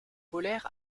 polaire